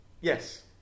Yes